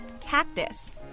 Cactus